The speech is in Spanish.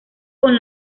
con